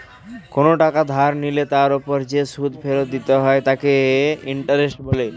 কোনো টাকা ধার নিলে তার উপর যে সুদ ফেরত দিতে হয় তাকে ইন্টারেস্ট বলে